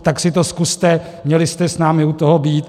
Tak si to zkuste, měli jste s námi u toho být!